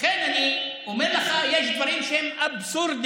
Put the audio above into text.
לכן אני אומר לך, יש דברים שהם אבסורדיים.